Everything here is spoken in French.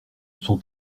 son